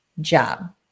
job